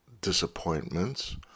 disappointments